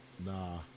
Nah